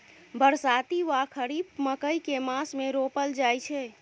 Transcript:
बरसाती वा खरीफ मकई केँ मास मे रोपल जाय छैय?